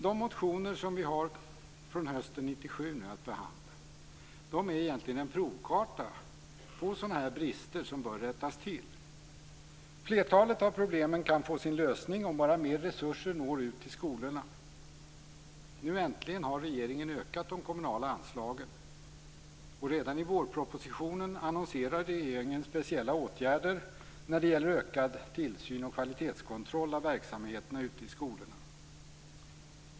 De motioner från hösten 1997 som vi nu har att behandla är egentligen en provkarta på sådana här brister som bör rättas till. Flertalet av problemen kan få sin lösning om bara mer resurser når ut till skolorna. Nu har regeringen äntligen ökat de kommunala anslagen. Redan i vårpropositionen annonserar regeringen speciella åtgärder när det gäller ökad tillsyn och kvalitetskontroll av verksamheterna ute i skolorna.